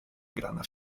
grana